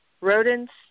rodents